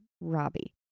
Robbie